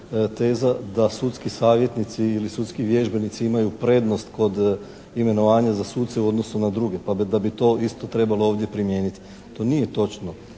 teza da sudski savjetnici ili sudski vježbenici imaju prednost kod imenovanja za suce u odnosu na druge, pa da bi to isto trebalo ovdje primijeniti. To nije točno,